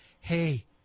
hey